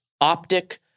optic